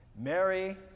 Mary